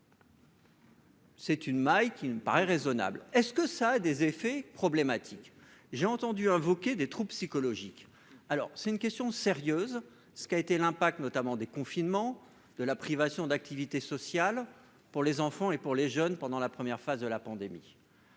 C'est une maille qui me paraît raisonnable est-ce que ça a des effets problématique j'ai entendu invoquer des trous psychologique, alors c'est une question sérieuse, ce qui a été l'impact notamment des confinements de la privation d'activités sociales pour les enfants et pour les jeunes pendant la première phase de la pandémie.